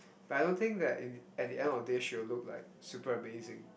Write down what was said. but I don't think that e~ at the end of the day she will look like super amazing